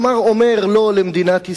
כלומר, הוא אומר לא למדינת ישראל,